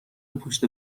پشت